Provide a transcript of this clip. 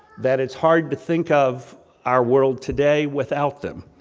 that it's hard to think of our world today without them,